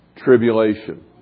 Tribulation